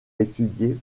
étudier